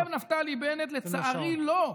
שים לב לשעון.